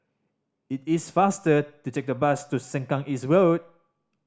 it is faster to take the bus to Sengkang East Road